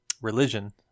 religion